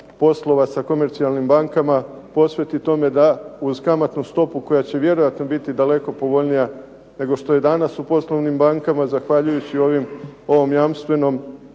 poslova sa komercijalnim bankama posveti tome da uz kamatnu stopu koja će vjerojatno biti daleko povoljnija nego što je danas u poslovnim bankama zahvaljujući ovom jamstvenom